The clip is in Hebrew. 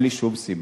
בלי שום סיבה.